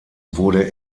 wurde